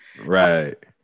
Right